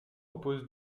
oppose